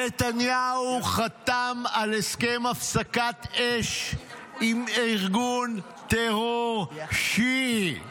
נתניהו חתם על הסכם הפסקת אש עם ארגון טרור שיעי.